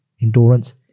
endurance